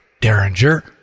Derringer